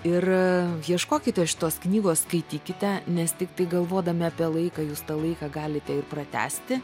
ir ieškokite šitos knygos skaitykite nes tiktai galvodami apie laiką jūs tą laiką galite ir pratęsti